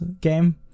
game